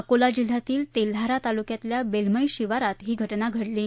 अकोला जिल्ह्यातील तेल्हारा तालुक्यातील बेलमई शिवारात ही घटित घडली आहे